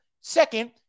Second